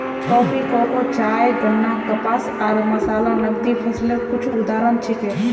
coffee, cocoa, चाय, गन्ना, कपास आर मसाला नकदी फसलेर कुछू उदाहरण छिके